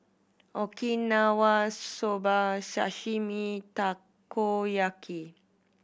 Okinawa Soba Sashimi Takoyaki